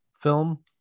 film